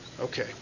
Okay